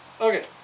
Okay